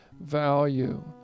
value